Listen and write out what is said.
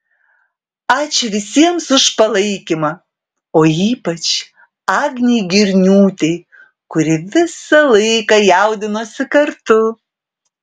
ačiū visiems už palaikymą o ypač agnei girniūtei kuri visą laiką jaudinosi kartu